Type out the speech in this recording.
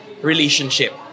relationship